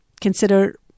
consider